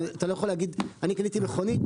ואתה לא יכול להגיד "אני קניתי מכונית,